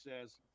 says